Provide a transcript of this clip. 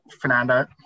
Fernando